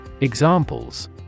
Examples